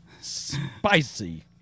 Spicy